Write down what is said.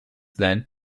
then